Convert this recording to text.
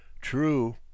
true